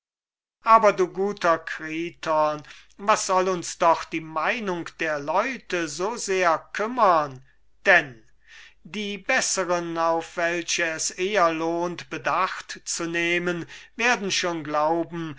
aber du guter kriton was soll uns doch die meinung der leute so sehr kümmern denn die besseren auf welche es eher lohnt bedacht zu nehmen werden schon glauben